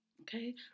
Okay